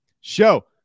Show